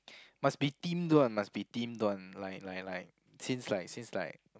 must be themed one must be themed one like like like since like since like